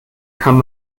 kann